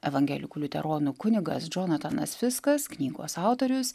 evangelikų liuteronų kunigas džonatanas fiskas knygos autorius